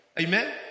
amen